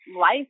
life